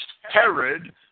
Herod